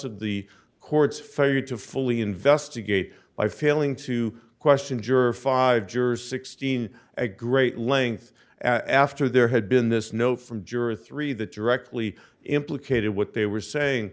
of the court's failure to fully investigate by failing to question juror five jurors sixteen a great length after there had been this no from juror three that directly implicated what they were saying